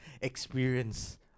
Experience